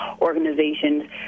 organizations